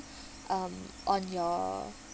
um on your